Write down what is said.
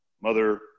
mother